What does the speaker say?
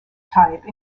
type